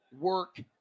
work